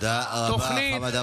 אתה שקרן קטן, תודה רבה, חמד עמאר.